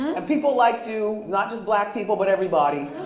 and people liked you, not just black people but everybody.